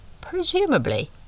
presumably